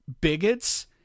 bigots